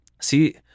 See